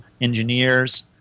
engineers